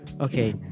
Okay